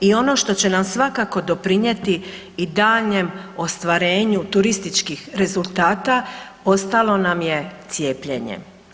I ono što će nam svakako doprinjeti i daljnjem ostvarenju turističkih rezultata ostalo nam je cijepljenje.